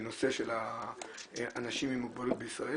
בנושא של האנשים עם מוגבלויות בישראל,